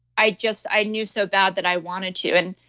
i just, i knew so bad that i wanted to, and.